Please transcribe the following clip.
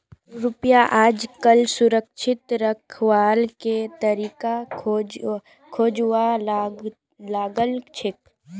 रुपयाक आजकल सुरक्षित रखवार के तरीका खोजवा लागल छेक